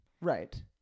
Right